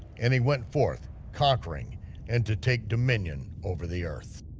and he went forth conquering and to take dominion over the earth.